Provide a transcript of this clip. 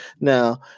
now